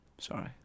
sorry